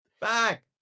Back